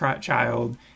child